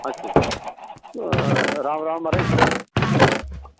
अच्छा अच्छा राम राम महाराज